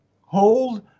hold